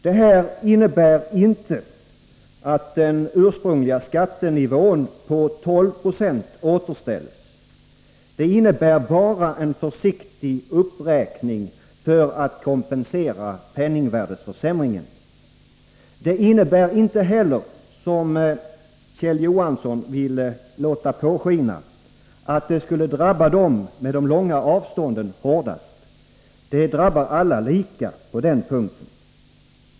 Detta innebär inte att den ursprungliga skattenivån på 12 90 återställs — det innebär bara en försiktig uppräkning för att kompensera penningvärdesförsämringen. Det innebär inte heller, som Kjell Johansson ville låta påskina, att det skulle drabba dem som har långa avstånd hårdast. Det drabbar alla lika.